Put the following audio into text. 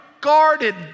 guarded